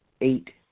eight